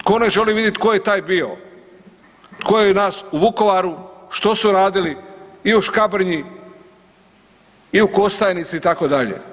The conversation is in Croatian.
Tko ne želi vidjeti tko je taj bio, tko je nas u Vukovaru, što su radili i u Škabrnji i u Kostajnici itd.